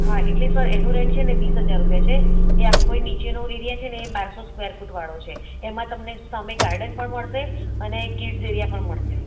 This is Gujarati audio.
હા એટલે સર એનું રેન્ટ છે ને વીસ હજાર રૂપિયા છે એ આખોય નીચેનો એરિયા છે ને એ બારસો સ્ક્વેર ફૂટ વાળો છે એમાં તમને સામે ગાર્ડન પણ મળશે અને કિડ્સ એરિયા પણ મળશે